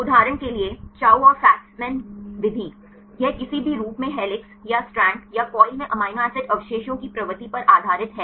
उदाहरण के लिए चाउ और फेसमैन विधि यह किसी भी रूप में हेलिक्स या स्ट्रैंड या कोइल में अमीनो एसिड अवशेषों की प्रवृत्ति पर आधारित है